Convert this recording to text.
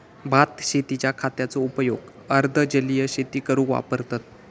भात शेतींच्या खताचो उपयोग अर्ध जलीय शेती करूक वापरतत